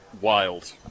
wild